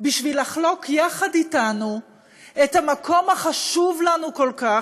לחלוק אתנו את המקום החשוב לנו כל כך,